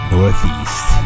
Northeast